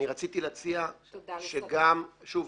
אני רציתי להציע שגם שוב,